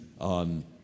on